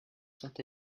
sont